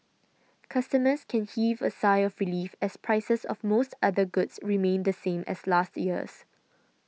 customers can heave a sigh of relief as prices of most other goods remain the same as last year's